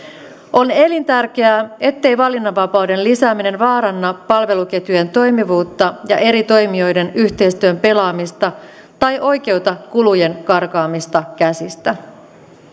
on elintärkeää ettei valinnanvapauden lisääminen vaaranna palveluketjujen toimivuutta ja eri toimijoiden yhteistyön pelaamista tai oikeuta kulujen karkaamista käsistä